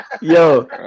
Yo